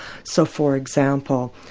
so for example,